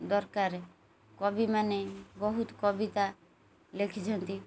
ଦରକାରେ କବିମାନେ ବହୁତ କବିତା ଲେଖିଛନ୍ତି